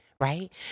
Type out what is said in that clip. Right